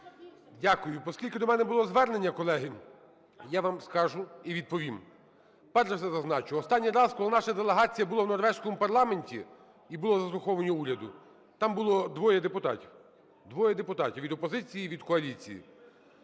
Дякую. Поскільки до мене було звернення, колеги, я вам скажу і відповім. Перш за все зазначу, останній раз, коли наша делегація була в Норвезькому парламенті і було заслуховування уряду, там було двоє депутатів, двоє депутатів: від опозиції і від коаліції.